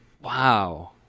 Wow